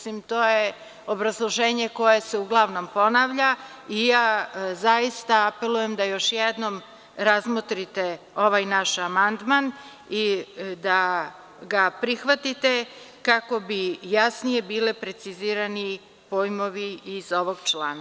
To je obrazloženje koje se uglavnom ponavlja i ja zaista apelujem da još jednom razmotrite ovaj naš amandman i da ga prihvatite, kako bi jasnije bili precizirani pojmovi iz ovog člana.